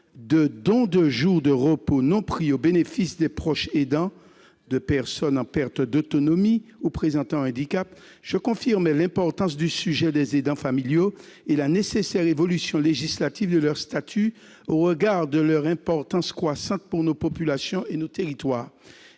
de don de jours de repos non pris au bénéfice des proches aidants de personnes en perte d'autonomie ou présentant un handicap, je confirmais l'importance du sujet des aidants familiaux et la nécessaire évolution législative de leur statut, au regard de leur importance croissante pour nos populations et nos territoires.